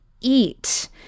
eat